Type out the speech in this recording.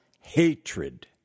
hatred